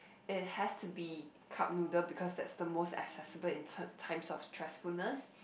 it has to be cup noodle because that is the most accessible in ti~ times of stressfulness